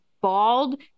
bald